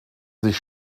sich